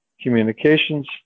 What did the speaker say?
communications